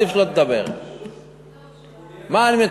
עדיף שלא תדבר.